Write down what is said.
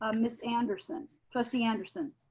um ms. anderson, trustee anderson.